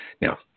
Now